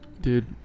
Dude